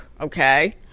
Okay